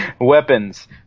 Weapons